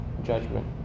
judgment